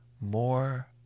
more